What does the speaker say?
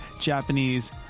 japanese